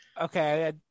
Okay